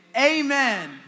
amen